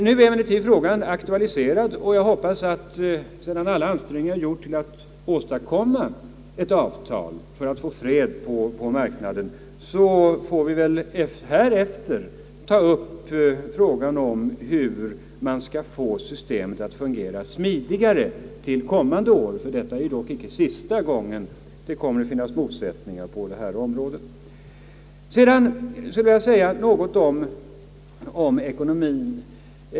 Nu är emellertid frågan aktualiserad, och sedan alla ansträngningar gjorts för att åstadkomma ett avtal som säkrar freden på denna del av arbetsmarknaden får man väl ta upp frågan om hur man skall få systemet att fungera stabilare till kommande år. — Det är inte sista gången som det kommer att finnas motsättningar på detta område. Sedan skulle jag vilja säga något om ekonomien.